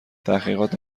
تحقیقات